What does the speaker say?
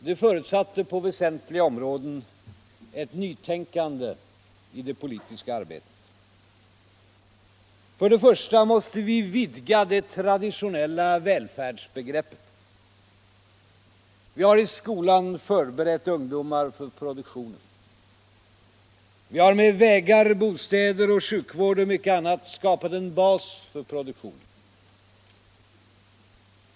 Det förutsatte på väsentliga områden ett nytänkande i det politiska arbetet. För det första måste vi vidga det traditionella välfärdsbegreppet. Vi har i skolan förberett ungdomar för produktionen. Vi har med vägar, bostäder, sjukvård och mycket annat skapat en bas för produktionen.